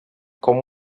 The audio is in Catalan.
com